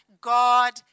God